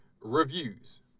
reviews